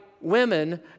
women